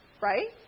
right